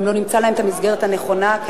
אם לא נמצא להם את המסגרת הנכונה הם